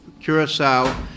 Curacao